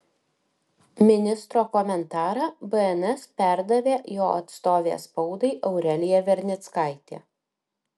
ministro komentarą bns perdavė jo atstovė spaudai aurelija vernickaitė